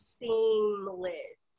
seamless